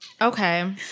Okay